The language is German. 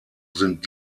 sind